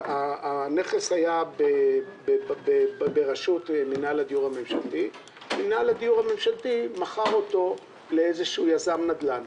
הנכס היה ברשות מינהל הדיור הממשלתי שמכר אותו ליזם נדל"ן.